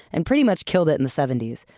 and pretty much killed it in the seventy s.